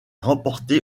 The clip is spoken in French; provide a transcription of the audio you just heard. remporté